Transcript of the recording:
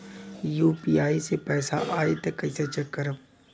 UPI से पैसा आई त कइसे चेक खरब?